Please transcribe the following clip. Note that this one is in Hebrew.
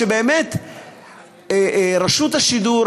שרשות השידור,